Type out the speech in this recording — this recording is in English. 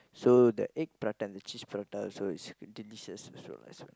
so the egg prata and cheese prata also is delicious also as well